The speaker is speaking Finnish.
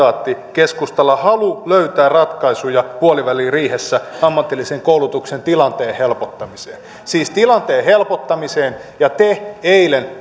keskustalla on halu löytää ratkaisuja puoliväliriihessä ammatillisen koulutuksen tilanteen helpottamiseen siis tilanteen helpottamiseen ja te eilen